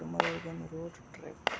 ಕುಟುಂಬ